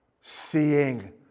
Seeing